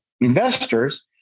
investors